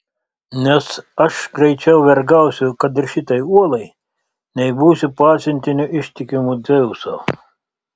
nes aš greičiau vergausiu kad ir šitai uolai nei būsiu pasiuntiniu ištikimu dzeuso